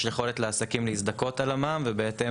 יש יכולת לעסקים להזדכות על המע"מ ובהתאם